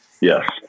yes